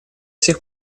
сих